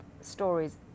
stories